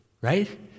Right